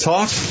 Talk